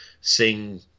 sing